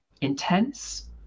intense